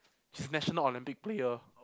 she's national Olympic player